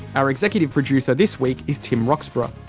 our executive producer this week is tim roxburgh,